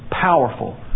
powerful